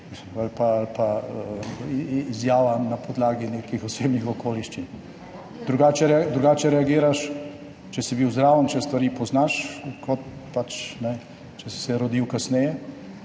Ali pa izjava na podlagi nekih osebnih okoliščin. Drugače reagiraš, če si bil zraven, če stvari poznaš, kot če si se rodil kasneje